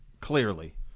clearly